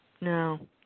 No